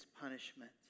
punishment